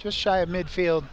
just shy of midfield